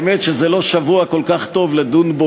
האמת שזה לא שבוע כל כך טוב לדון בו